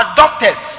doctors